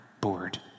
bored